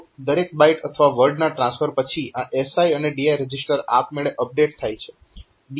તો દરેક બાઈટ અથવા વર્ડના ટ્રાન્સફર પછી આ SI અને DI રજીસ્ટર આપમેળે અપડેટ થાય છે